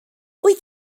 wyt